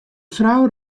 frou